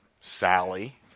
Sally